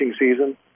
season